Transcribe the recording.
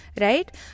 Right